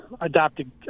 adopted